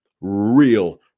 real